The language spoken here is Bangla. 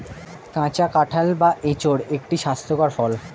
কাঁচা কাঁঠাল বা এঁচোড় একটি স্বাস্থ্যকর ফল